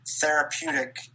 therapeutic